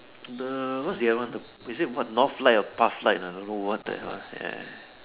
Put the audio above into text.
the what's the other one is it what Northlight or Pass Light I don't know what the hell ya